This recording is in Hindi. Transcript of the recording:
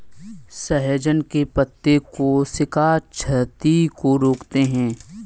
सहजन के पत्ते कोशिका क्षति को रोकते हैं